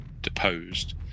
deposed